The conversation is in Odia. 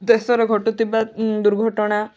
ଦେଶର ଘଟୁଥିବା ଦୁର୍ଘଟଣା